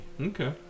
Okay